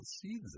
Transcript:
seeds